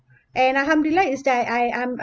and alhamdulillah is that I I'm